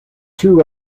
two